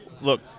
Look